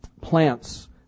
plants